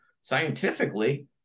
scientifically